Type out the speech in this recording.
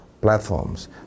platforms